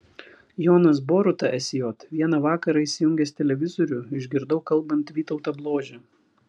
jonas boruta sj vieną vakarą įsijungęs televizorių išgirdau kalbant vytautą bložę